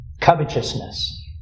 covetousness